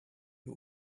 who